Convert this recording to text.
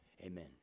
Amen